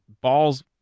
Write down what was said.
balls